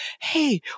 hey